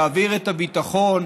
להעביר את הביטחון,